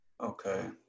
Okay